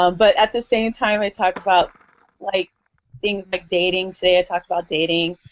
um but at the same time, i talk about like things like dating. today i talked about dating.